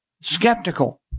skeptical